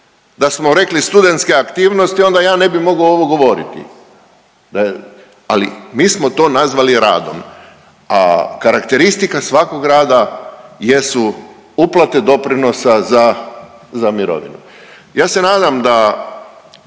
da smo rekli studentske aktivnosti onda ja ne bi mogao ovo govorit, da je, ali mi smo to nazvali radom, a karakteristika svakog rada jesu uplate doprinosa za, za mirovinu. Ja se nadam da,